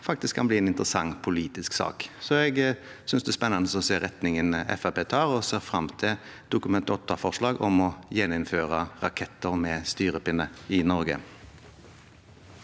kan bli en interessant politisk sak. Jeg synes det er spennende å se retningen Fremskrittspartiet tar, og ser fram til et Dokument 8-forslag om å gjeninnføre raketter med styrepinne i Norge.